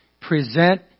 Present